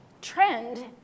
trend